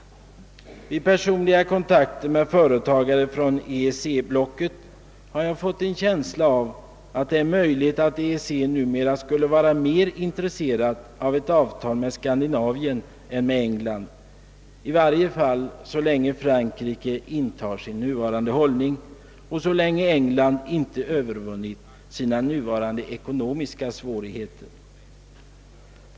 Vid personliga kontakter med företagare från EEC-blocket har jag fått en känsla av att det är möjligt att EEC numera skulle vara mera intresserat av ett avtal med Skandinavien än med England, i varje fall så länge Frankrike intar sin nuvarande hållning och så länge England inte övervunnit sina nuvarande ekonomiska svårigheter.